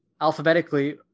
alphabetically